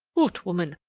hoot, woman!